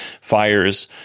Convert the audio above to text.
fires